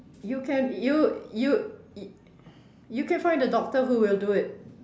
you can you you you can find a doctor who will do it